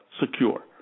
secure